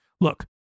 Look